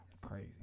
Crazy